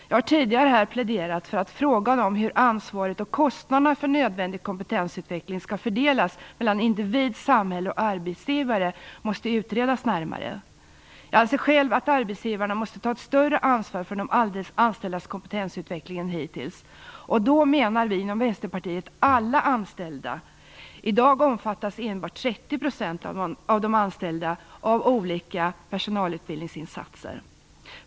Jag har här tidigare pläderat för att frågan om hur ansvaret och kostnaderna för nödvändig kompetensutveckling skall fördelas mellan individ, samhälle och arbetsgivare måste utredas närmare. Jag anser själv att arbetsgivarna måste ta ett större ansvar än hittills för de anställdas kompetensutveckling. Vi inom Vänsterpartiet anser att det skall gälla alla anställda. I dag omfattas enbart 30 % av de anställda av olika personalutbildningsinsatser.